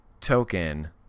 token